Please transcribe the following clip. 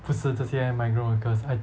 不是这些 migrant workers I